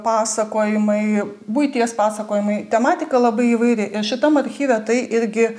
pasakojimai buities pasakojimai tematika labai įvairi ir šitam archyve tai irgi